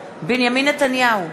נתניהו,